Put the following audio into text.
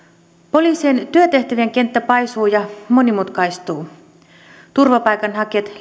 poliisien työtehtävien kenttä paisuu ja monimutkaistuu turvapaikanhakijat